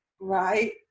Right